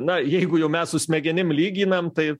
na jeigu jau mes su smegenim lyginam tai